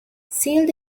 sealed